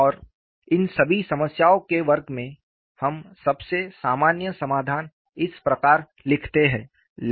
और इन सभी समस्याओं के वर्ग में हम सबसे सामान्य समाधान इस प्रकार लिखते हैं